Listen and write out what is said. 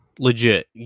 Legit